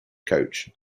coach